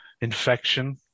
infection